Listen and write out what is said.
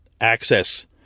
access